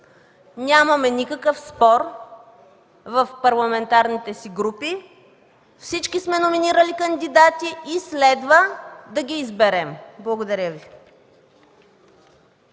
нямаме никакъв спор в парламентарните си групи. Всички сме номинирали кандидати и следва да ги изберем. Благодаря Ви.